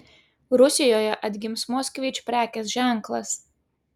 rusijoje atgims moskvič prekės ženklas